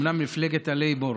אם כי מפלגת הלייבור